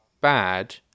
bad